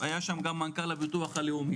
היה שם גם מנכל הביטוח הלאומי,